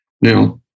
Now